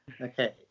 Okay